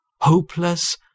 hopeless